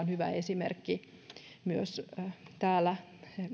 hyvä esimerkki myös täällä